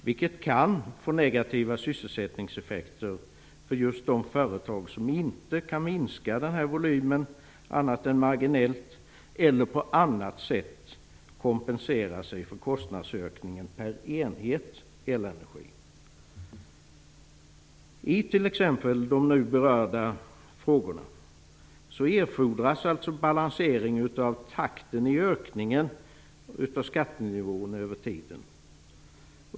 Detta kan få negativa sysselsättningseffekter för just de företag som inte kan minska volymen annat än marginellt eller på annat sätt kompensera sig för kostnadsökningen per enhet. I t.ex. de berörda frågorna erfordras alltså balansering av takten i ökningen av skattenivåerna över tiden.